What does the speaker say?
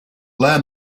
learn